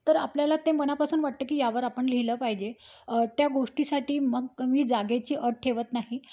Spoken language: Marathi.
तर आपल्याला ते मनापासून वाटतं की यावर आपण लिहिलं पाहिजे त्या गोष्टीसाठी मग मी जागेची अट ठेवत नाही